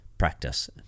practice